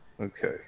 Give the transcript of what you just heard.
Okay